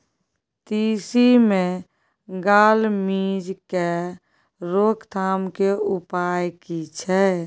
तिसी मे गाल मिज़ के रोकथाम के उपाय की छै?